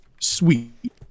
sweet